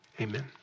Amen